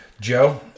Joe